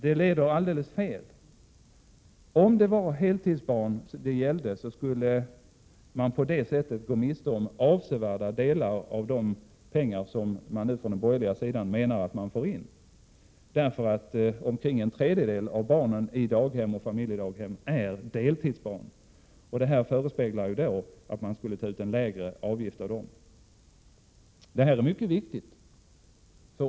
Det leder alldeles fel! Om det verkligen gällde heltidsbarn, så skulle man på det sättet gå miste om avsevärda delar av de pengar som man nu på den borgerliga sidan menar att man får in. Omkring en tredjedel av barnen i daghem och familjedaghem är nämligen deltidsbarn, och det förespeglas ju att det skulle tas ut en lägre avgift för dem. Det här är mycket viktigt.